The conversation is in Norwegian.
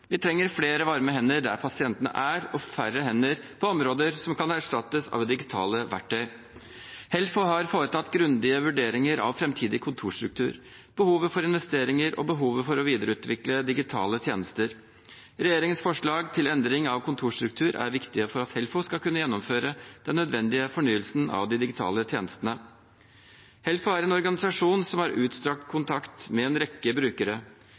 Vi trenger flere varme hender der pasientene er, og færre hender på områder som kan erstattes av digitale verktøy. Helfo har foretatt grundige vurderinger av framtidig kontorstruktur, behovet for investeringer og behovet for å videreutvikle digitale tjenester. Regjeringens forslag til endring av kontorstruktur er viktige for at Helfo skal kunne gjennomføre den nødvendige fornyelsen av de digitale tjenestene. Helfo er en organisasjon som har utstrakt kontakt med en rekke brukere.